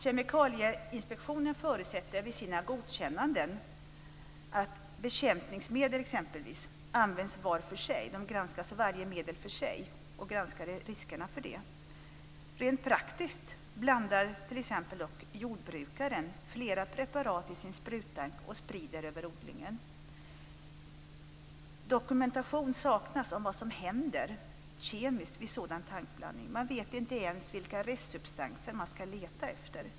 Kemikalieinspektionen förutsätter med sina godkännanden att exempelvis bekämpningsmedel används var för sig. Man granskar alltså varje medel och dess risker för sig. Rent praktiskt blandar dock t.ex. jordbrukaren flera preparat i sin spruta och sprider det över odlingen. Dokumentation av vad som händer kemiskt vid sådan blandning saknas. Man vet inte ens vilka restsubstanser man ska leta efter.